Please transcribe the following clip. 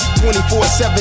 24-7